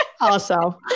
Awesome